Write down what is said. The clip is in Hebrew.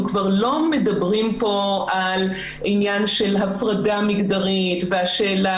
אנחנו כבר לא מדברים פה על עניין של הפרדה מגדרית והשאלה